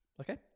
Okay